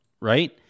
Right